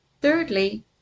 Thirdly